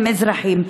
הם אזרחים,